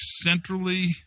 centrally